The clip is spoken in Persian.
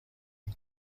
این